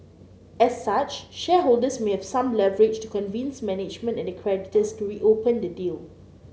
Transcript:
as such shareholders may have some leverage to convince management and the creditors to reopen the deal